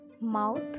Mouth